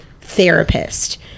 therapist